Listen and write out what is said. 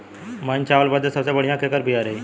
महीन चावल बदे सबसे बढ़िया केकर बिया रही?